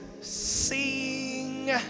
sing